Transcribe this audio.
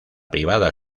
privada